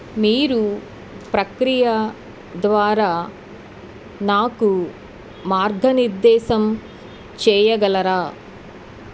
మీరు ప్రక్రియ ద్వారా నాకు మార్గనిర్దేశం చేయగలరా